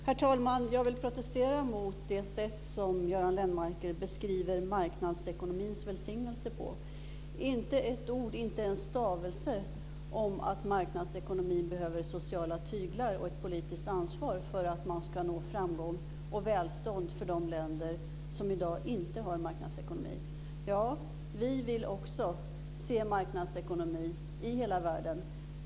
Herr talman! Jag vill protestera mot det sätt som Göran Lennmarker beskriver marknadsekonomins välsignelser på. Det var inte ett ord, inte en stavelse om att marknadsekonomin behöver sociala tyglar och ett politiskt ansvar för att man ska nå framgång och välstånd för de länder som i dag inte har marknadsekonomi. Vi vill också se marknadsekonomi i hela världen.